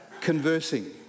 conversing